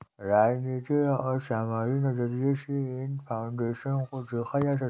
राजनीतिक और सामाजिक नज़रिये से इन फाउन्डेशन को देखा जा सकता है